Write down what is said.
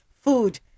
food